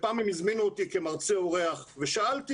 ופעם הם הזמינו אותי כמרצה אורח ושאלתי